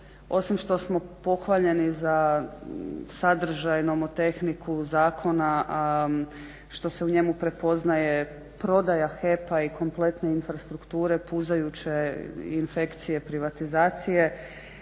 osim što smo pohvaljeni za sadržaj, nomotehniku zakona a što se u njemu prepoznaje prodaja HEP-a i kompletne infrastrukture puzajuće infekcije privatizacije